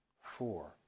four